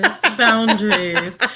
boundaries